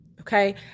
Okay